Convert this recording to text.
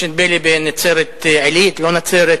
יש, נדמה לי, בנצרת-עילית, לא בנצרת.